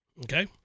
Okay